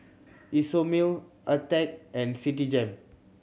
Isomil Attack and Citigem